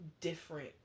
different